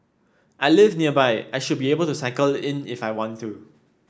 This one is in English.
I live nearby I should be able to cycle in if I want to